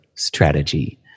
strategy